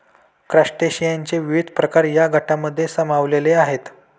क्रस्टेशियनचे विविध प्रकार या गटांमध्ये सामावलेले आहेत